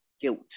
guilt